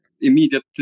immediate